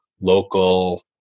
local